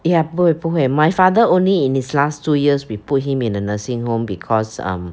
ya 不会不会 my father only in his last two years we put him in a nursing home because um